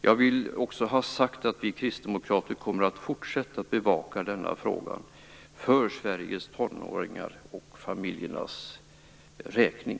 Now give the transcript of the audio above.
Jag vill också ha sagt att vi kristdemokrater kommer att fortsätta att bevaka denna fråga för Sveriges tonåringars och familjernas räkning.